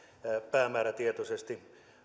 päämäärätietoisesti